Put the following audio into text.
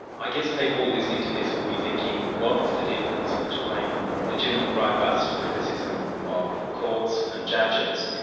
i guess people listening to this will be thinking what's the difference between legitimate robust criticism of courts and judges,